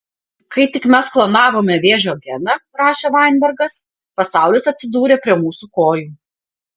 kai tik mes klonavome vėžio geną rašė vainbergas pasaulis atsidūrė prie mūsų kojų